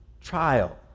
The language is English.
trial